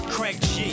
Craig